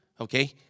Okay